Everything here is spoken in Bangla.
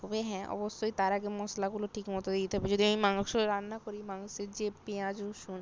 তবে হ্যাঁ অবশ্যই তার আগে মশলাগুলো ঠিকমতো দিতে হবে যদি আমি মাংস রান্না করি মাংসের যে পেঁয়াজ রসুন